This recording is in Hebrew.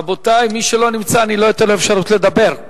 רבותי, מי שלא נמצא לא אתן לו אפשרות לדבר.